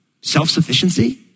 Self-sufficiency